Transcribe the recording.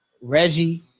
Reggie